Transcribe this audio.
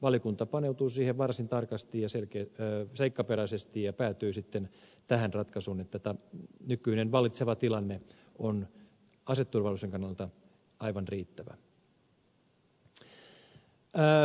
valiokunta paneutui siihen varsin tarkasti ja seikkaperäisesti ja päätyi sitten tähän ratkaisuun että nykyinen vallitseva tilanne on aseturvallisuuden kannalta aivan riittävä